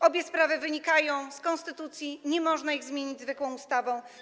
Obie sprawy wynikają z konstytucji, nie można ich zmienić zwykłą ustawą.